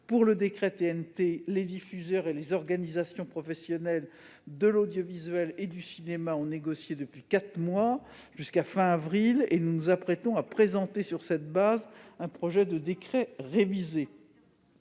le décret TNT, les diffuseurs et les organisations professionnelles de l'audiovisuel et du cinéma ont négocié pendant quatre mois, jusqu'à fin avril, et le Gouvernement s'apprête à présenter sur cette base un projet de décret révisé.